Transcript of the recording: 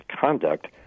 conduct